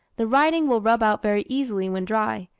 the writing will rub out very easily when dry,